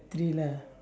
thriller